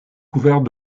couverts